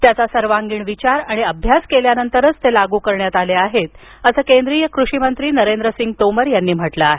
त्याचा सर्वांगीण विचार आणि अभ्यास केल्यानंतरच ते लागू करण्यात आले आहेत असं केंद्रीय कृषिमंत्री नरेंद्रसिंग तोमर यांनी म्हटलं आहे